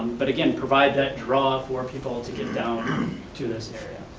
but again, provide that draw for people to get down to this area.